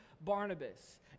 Barnabas